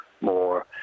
more